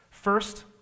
First